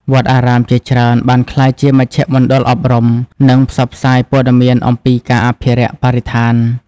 វត្តអារាមជាច្រើនបានក្លាយជាមជ្ឈមណ្ឌលអប់រំ និងផ្សព្វផ្សាយព័ត៌មានអំពីការអភិរក្សបរិស្ថាន។